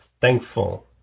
thankful